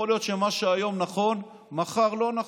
יכול להיות שמה שהיום נכון מחר לא נכון.